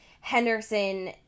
Henderson